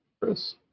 Chris